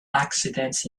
accidents